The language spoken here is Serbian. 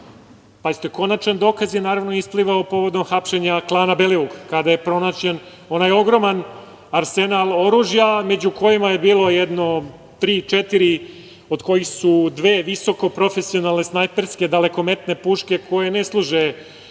Pazite, konačan dokaz je naravno isplivao povodom hapšenja klana Belivuk kada je pronađen onaj ogroman arsenal oružja, među kojima je bilo jedno tri-četiri, od kojih su dve visokoprofesionalne snajperske dalekometne puške koje ne služe,